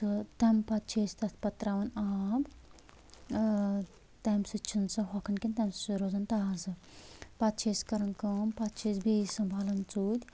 تہٕ تمہِ پتہٕ چھِ أسۍ تتھ پتہٕ ترٛاوان آب تمہِ سۭتۍ چھنہٕ سۄ ہۄکھان کینٛہہ تمہِ سۭتۍ چھےٚ سۄ روزان تازٕ پتہٕ چھِ أسۍ کران کٲم پتہٕ چھِ أسۍ بیٚیہِ سنٛبھالان ژوٗلۍ